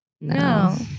No